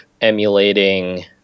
emulating